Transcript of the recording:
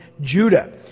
Judah